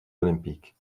olympiques